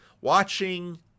watching